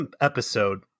episode